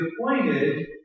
appointed